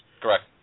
Correct